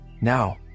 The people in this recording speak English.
now